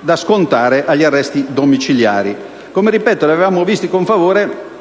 da scontare agli arresti domiciliari. Come ripeto, li avevamo visti con favore,